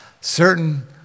certain